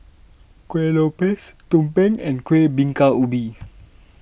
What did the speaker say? Kueh Lopes Tumpeng and Kueh Bingka Ubi